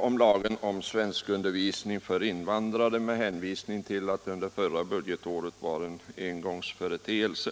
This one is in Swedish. om lagen om svenskundervisning för invandrare. Detta har motiverats med att anslaget förra budgetåret var en engångsföreteelse.